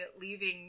leaving